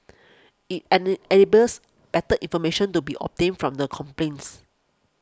it enables better information to be obtained from the complains